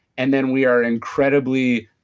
and then we are incredibly.